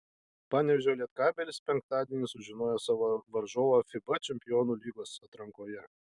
panevėžio lietkabelis penktadienį sužinojo savo varžovą fiba čempionų lygos atrankoje